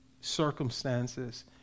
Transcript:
circumstances